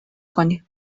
کنی